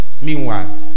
Meanwhile